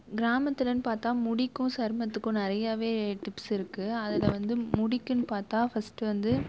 கிராமத்தில்னு பார்த்தா முடிக்கும் சருமத்துக்கும் நிறையாவே டிப்ஸ் இருக்கு அதில் வந்து முடிக்குன்னு பார்த்தா ஃபர்ஸ்ட் வந்து